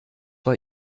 war